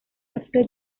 after